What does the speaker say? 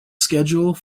schedule